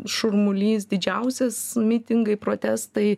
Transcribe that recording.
šurmulys didžiausias mitingai protestai